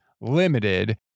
limited